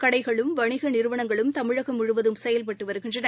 கடைகளும் வணிகநிறுவனங்களும் தமிழகம் முழுவதும் செயல்பட்டுவருகின்றன